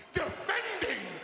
defending